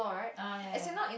ah ya ya ya